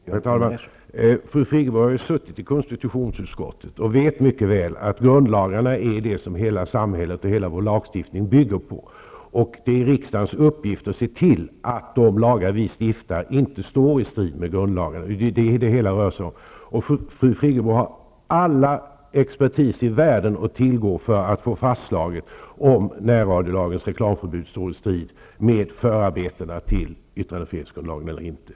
Herr talman! Fru Friggebo har ju varit ledamot av konstitutionsutskottet. Hon vet mycket väl att hela samhället och hela vår lagstiftning bygger på grundlagarna. Det är riksdagens uppgift att se till att de lagar som den stiftar inte står i strid med grundlagarna. Det är vad det hela rör sig om. Fru Friggebo har all expertis i världen att tillgå för att kunna få fastslaget om närradions reklamförbud står i strid med förarbetena till yttrandefrihetsgrundlagen eller inte.